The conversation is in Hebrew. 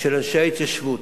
של אנשי ההתיישבות: